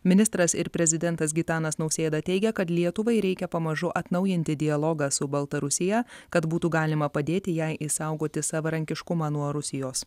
ministras ir prezidentas gitanas nausėda teigia kad lietuvai reikia pamažu atnaujinti dialogą su baltarusija kad būtų galima padėti jai išsaugoti savarankiškumą nuo rusijos